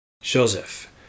Joseph